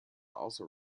also